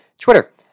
Twitter